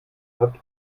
hat